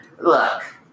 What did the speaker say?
Look